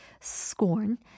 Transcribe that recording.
scorn